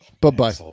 Bye-bye